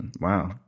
Wow